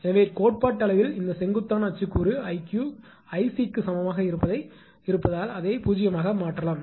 எனவே கோட்பாட்டளவில் இந்த செங்குத்தான அச்சு கூறு 𝐼𝑞 க்கு 𝐼𝑐 சமமாக இருப்பதால் அதை 0 வாக மாற்றலாம்